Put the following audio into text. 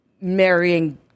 marrying